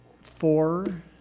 Four